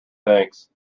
thinks